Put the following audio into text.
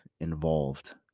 involved